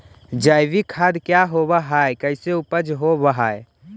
जैविक खाद क्या होब हाय कैसे उपज हो ब्हाय?